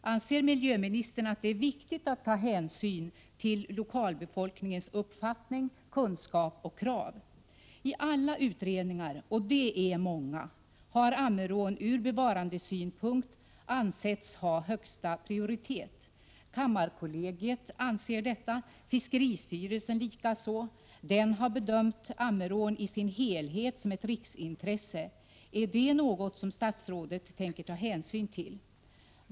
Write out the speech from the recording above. Anser miljöministern att det är viktigt att ta hänsyn till lokalbefolkningens uppfattning, kunskap och krav? I alla utredningar — och de är många — har Ammerån från bevarandesynpunkt ansetts ha högsta prioritet. Kammarkollegiet anser detsamma, fiskeristyrelsen likaså. Den sistnämnda har bedömt Ammerån i sin helhet som ett riksintresse. Är det något som statsrådet avser att ta hänsyn till?